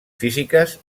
físiques